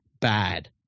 bad